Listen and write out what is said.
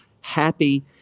happy